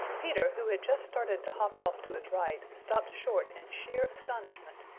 peter, who had just started to hop off to his right, stopped short in sheer astonishment.